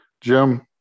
Jim